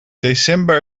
december